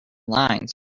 lines